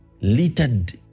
littered